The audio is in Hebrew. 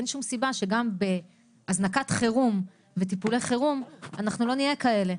אין שום סיבה שגם בהזנקת חירום וטיפולי חירום אנחנו לא נהיה כאלה.